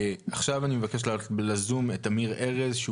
עכשיו אני מבקש להעלות לזום את אמיר ארז שהוא